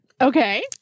Okay